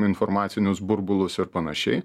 informacinius burbulus ir panašiai